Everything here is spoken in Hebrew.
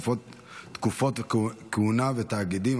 תקופות כהונה ותאגידים),